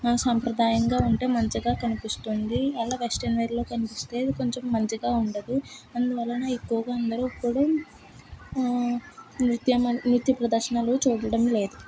సాంప్రదాయంగా ఉంటే మంచిగా కనిపిస్తుంది అలా వెస్ట్రన్ వేర్లో కనిపిస్తే కొంచం మంచిగా ఉండదు అందువలన ఎక్కువగా అందరు కూడా నృత్య నృత్య ప్రదర్శనలు చూడడం లేదు